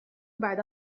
بعد